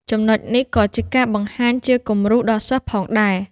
ចំណុចនេះក៏ជាការបង្ហាញជាគំរូដល់សិស្សផងដែរ។